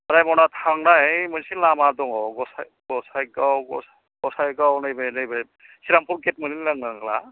रायम'ना थांनाय मोनसे लामा दङ गसाय गसायगाव गसाय गसायगाव नैबे नैबे श्रीरामपुर गेट मोनहैनायनांला